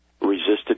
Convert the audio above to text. resisted